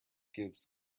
gives